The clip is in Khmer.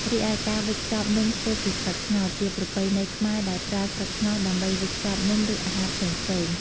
រីឯការវេចខ្ចប់នំធ្វើពីស្លឹកត្នោត ជាប្រពៃណីខ្មែរ ដែលប្រើស្លឹកត្នោតដើម្បីវេចខ្ចប់នំ ឬអាហារផ្សេងៗ។